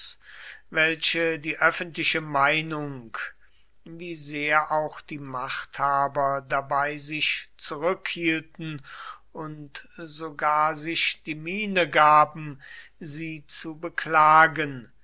welche die öffentliche meinung wie sehr auch die machthaber dabei sich zurückhielten und sogar sich die miene gaben sie zu beklagen